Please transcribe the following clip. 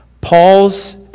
Paul's